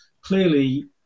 clearly